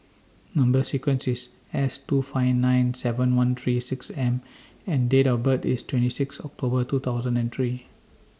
Number sequence IS S two five nine seven one three six M and Date of birth IS twenty six October two thousand and three